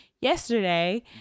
yesterday